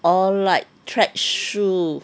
all like track shoe